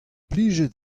plijet